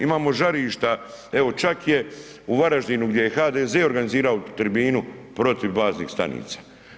Imamo žarišta evo čak je u Varaždinu gdje je HDZ održao tribinu protiv baznih stanica.